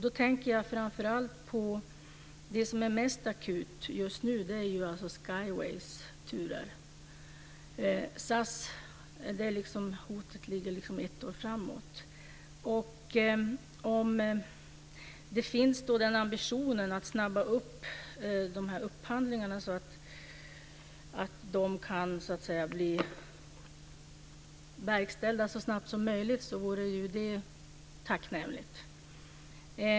Då tänker jag framför allt på det som är mest akut just nu, nämligen Skyways turer. I fråga om SAS ligger hotet ett år framåt. Om det finns en ambition att snabba på upphandlingarna så att de kan bli verkställda så snabbt som möjligt vore det tacknämligt.